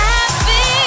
Happy